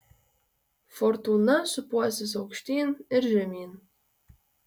fortūna sūpuosis aukštyn ir žemyn